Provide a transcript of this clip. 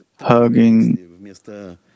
hugging